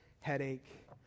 headache